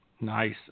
Nice